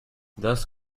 thus